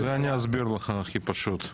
זה אני אסביר לך הכי פשוט.